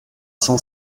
cent